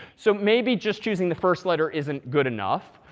so maybe just using the first letter isn't good enough.